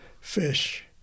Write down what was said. fish